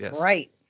right